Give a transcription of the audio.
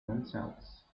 themselves